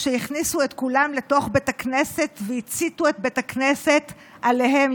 כשהכניסו את כולם לתוך בית הכנסת והציתו את בית הכנסת עליהם,